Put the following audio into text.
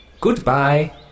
Goodbye